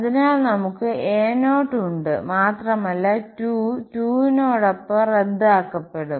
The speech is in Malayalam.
അതിനാൽ നമുക് a0 ഉണ്ട് മാത്രമല്ല 2 2 നോടൊപ്പം റദ്ദ് ആക്കപ്പെടും